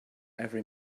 every